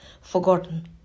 forgotten